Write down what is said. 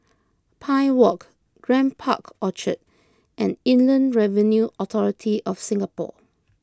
Pine Walk Grand Park Orchard and Inland Revenue Authority of Singapore